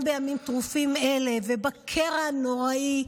גם בימים טרופים אלה ובקרע הנוראי,